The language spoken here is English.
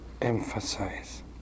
emphasize